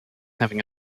having